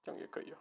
这样 ya correct ya